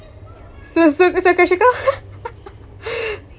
so se~